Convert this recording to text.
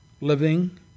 living